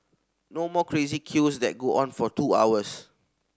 no more crazy queues that go on for two hours